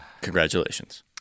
Congratulations